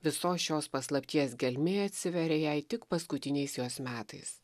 visos šios paslapties gelmė atsiveria jai tik paskutiniais jos metais